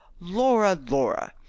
laura! laura!